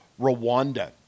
Rwanda